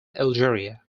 algeria